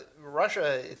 Russia